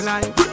Life